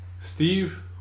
Steve